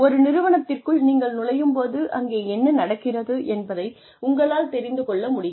ஒரு நிறுவனத்திற்குள் நீங்கள் நுழையும் போது அங்கே என்ன நடக்கிறது என்பதை உங்களால் தெரிந்து கொள்ள முடியும்